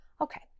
Okay